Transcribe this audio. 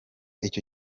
icyo